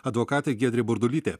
advokatė giedrė burdulytė